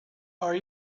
are